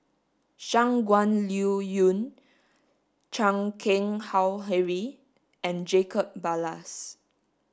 Shangguan Liuyun Chan Keng Howe Harry and Jacob Ballas